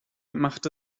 machte